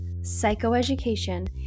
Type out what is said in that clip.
psychoeducation